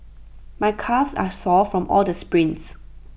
my calves are sore from all the sprints